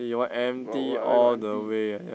what what where got empty